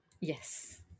Yes